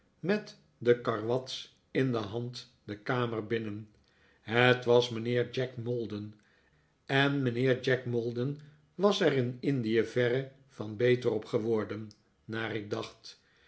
met de karwats in de hand de kamer binnen het was mijnheerjack maldon en mijnheer jack maldon was er in indie verre van beter op geworden naar ik dacht